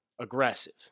aggressive